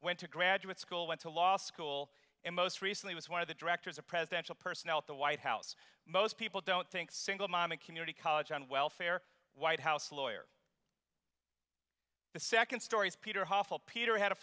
went to graduate school went to law school and most recently was one of the directors of presidential personnel at the white house most people don't think single mom and community college and welfare white house lawyer the second stories peterhof peter h